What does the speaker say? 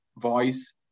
voice